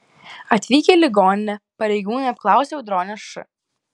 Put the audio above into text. atvykę į ligoninę pareigūnai apklausė audronę š